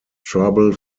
trouble